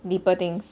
deeper things